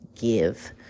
give